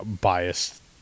biased